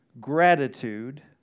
gratitude